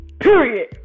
Period